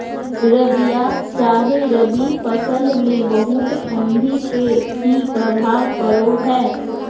रबिया चाहे रवि फसल में बहुत ठंडी से की प्रभाव पड़ो है?